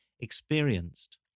experienced